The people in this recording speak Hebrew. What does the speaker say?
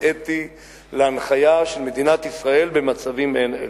אתי להנחיה של מדינת ישראל במצבים מעין אלו.